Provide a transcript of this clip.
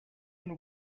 and